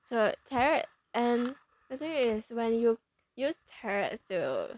so tarot and the thing is when you use tarots to